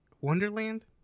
Wonderland